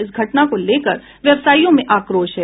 इस घटना को लेकर व्यवसायियों में आक्रोश है